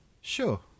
Sure